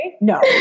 no